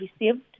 received